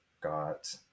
got